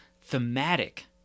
thematic